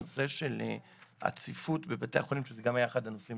נושא של הצפיפות בבתי החולים שזה גם היה אחד הנושאים